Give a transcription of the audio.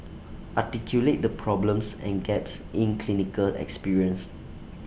articulate the problems and gaps in clinical experience